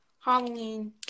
Halloween